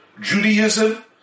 Judaism